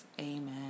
Amen